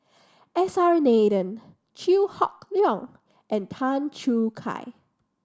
S R Nathan Chew Hock Leong and Tan Choo Kai